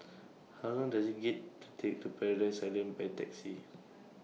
How Long Does IT get to Take to Paradise Island By Taxi